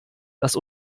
dass